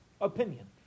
opinion